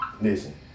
listen